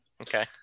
okay